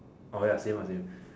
orh ya same ah same